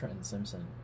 Simpson